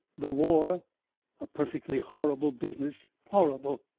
the war a perfectly horrible business! horrible!